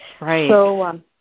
Right